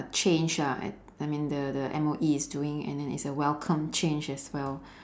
change lah I I mean the the M_O_E is doing and then it's a welcomed change as well